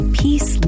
peace